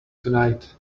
tonight